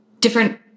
different